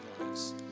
lives